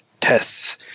tests